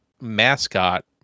mascot